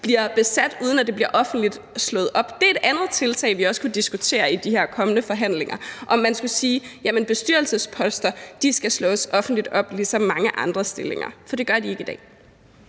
bliver besat, uden det bliver offentligt slået op. Det er et andet tiltag, vi også kunne diskutere i de her kommende forhandlinger, altså om man skulle sige, at bestyrelsesposter skal slås offentligt op ligesom mange andre stillinger, for det bliver de ikke i dag.